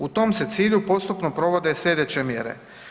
U tom se cilju postupno provode slijedeće mjere.